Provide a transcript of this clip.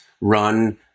run